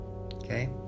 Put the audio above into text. okay